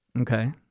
Okay